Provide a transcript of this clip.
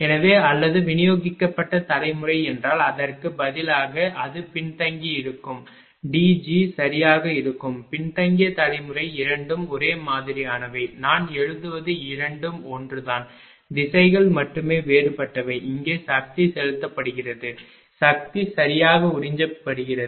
எனவே அல்லது விநியோகிக்கப்பட்ட தலைமுறை என்றால் அதற்குப் பதிலாக அது பின்தங்கியிருக்கும் Dg சரியாக இருக்கும் பின்தங்கிய தலைமுறை இரண்டும் ஒரே மாதிரியானவை நான் எழுதுவது இரண்டும் ஒன்றுதான் திசைகள் மட்டுமே வேறுபட்டவை இங்கே சக்தி செலுத்தப்படுகிறது சக்தி சரியாக உறிஞ்சப்படுகிறது